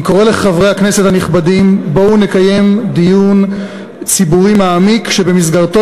אני קורא לחברי הכנסת הנכבדים: בואו נקיים דיון ציבורי מעמיק שבמסגרתו